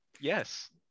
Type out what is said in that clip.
Yes